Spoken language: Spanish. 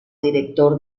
director